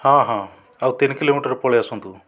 ହଁ ହଁ ଆଉ ତିନି କିଲୋମିଟର ପଳାଇ ଆସନ୍ତୁ